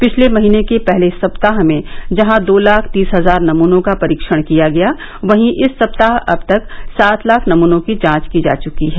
पिछले महीने के पहले सप्ताह में जहां दो लाख तीस हजार नमूनों का परीक्षण किया गया वहीं इस सप्ताह अब तक सात लाख नमूनों की जांच की जा चुकी है